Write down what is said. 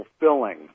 fulfilling